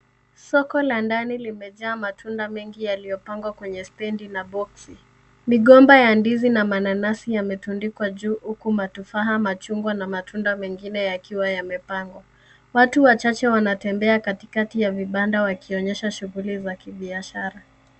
Soko la ndani limejaa matunda mengi yaliyopangwa kwenye stendi na boksi. Migomba ya ndizi na mananasi yametundikwa juu huku matufaha, mchungwa na matunda mengine yakiwa yamepangwa. Watu wachache wanatembea katikati ya vibanda wakionyesha shughuli za kibiashara.